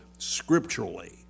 scripturally